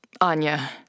Anya